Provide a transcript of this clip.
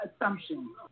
assumption